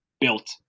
built